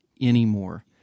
anymore